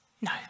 No